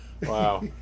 Wow